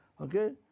Okay